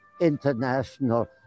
international